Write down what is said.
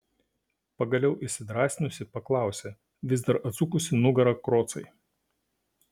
pagaliau įsidrąsinusi paklausė vis dar atsukusi nugarą krocai